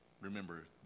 remember